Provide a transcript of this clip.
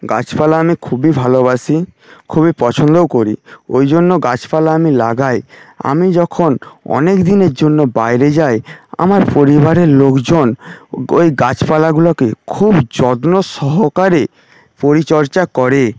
গাছপালা আমি খুবই ভালোবাসি খুবই পছন্দও করি ওই জন্য গাছপালা আমি লাগাই আমি যখন অনেকদিনের জন্য বাইরে যাই আমার পরিবারের লোকজন ওই গাছপালাগুলোকে খুব যত্ন সহকারে পরিচর্যা করে